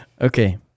Okay